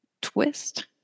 Twist